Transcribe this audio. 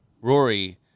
Rory